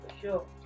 sure